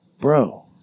bro